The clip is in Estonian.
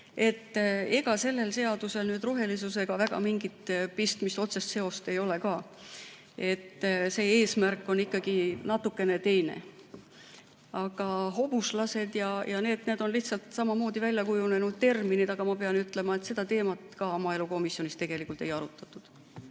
Ega sellel seadusel nüüd rohelisusega väga mingit pistmist pole, otsest seost ei ole ka. Selle eesmärk on ikkagi natukene teine. Aga "hobuslased" jms on lihtsalt välja kujunenud terminid, kuigi ma pean ütlema, et seda teemat ka maaelukomisjonis ei arutatud.